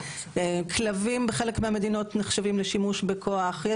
כלבים בחלק מהמדינות נחשבים לשימוש בכוח.